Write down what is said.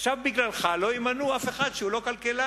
עכשיו בגללך לא ימנו אף אחד שהוא לא כלכלן.